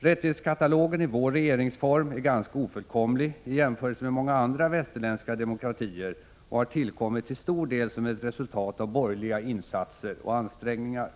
Rättighetskatalogen i vår regeringsform är ganska ofullkomlig i jämförelse med många andra västerländska demokratier och har tillkommit till stor del som ett resultat av borgerliga insatser och ansträngningar.